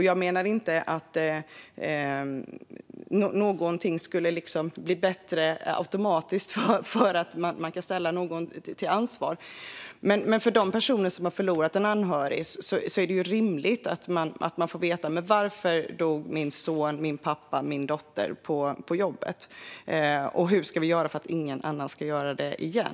Jag menar dock inte att något automatiskt skulle bli bättre för att någon ställs till svars, men för de personer som har förlorat en anhörig är det rimligt att de får veta varför en son, pappa eller dotter har dött på jobbet. Hur ska vi göra så att ingen annan ska göra det igen?